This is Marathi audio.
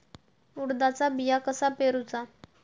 उडदाचा बिया कसा पेरूचा?